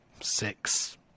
six